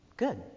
good